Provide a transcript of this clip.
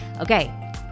Okay